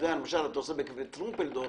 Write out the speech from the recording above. כשאתה עושה סיור בטרומפלדור,